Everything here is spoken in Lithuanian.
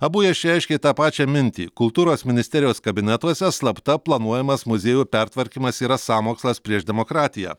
abu jie išreiškė tą pačią mintį kultūros ministerijos kabinetuose slapta planuojamas muziejų pertvarkymas yra sąmokslas prieš demokratiją